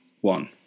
one